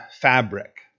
fabric